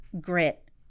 grit